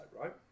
right